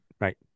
right